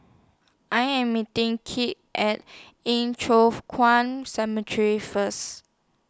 I Am meeting Kit At Yin Kuan Cemetery First